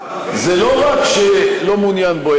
זה לא רק שלא מעוניין בו,